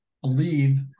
believe